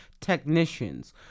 technicians